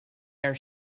are